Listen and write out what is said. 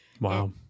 Wow